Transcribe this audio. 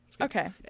Okay